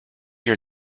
your